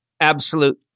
absolute